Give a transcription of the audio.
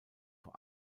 vor